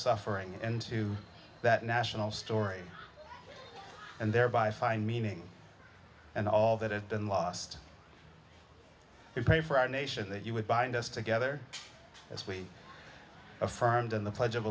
suffering and to that national story and thereby find meaning and all that have been lost and pray for our nation that you would bind us together as we affirmed in the pledge of